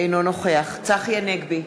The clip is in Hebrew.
אינו נוכח צחי הנגבי,